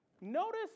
Notice